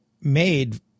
made